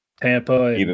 Tampa